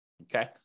Okay